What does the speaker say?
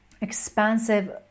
expansive